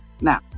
now